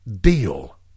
deal